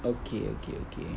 okay okay okay